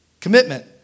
commitment